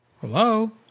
Hello